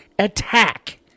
Attack